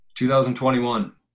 2021